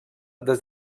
des